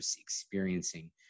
experiencing